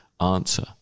answer